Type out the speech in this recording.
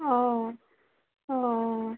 অঁ অঁ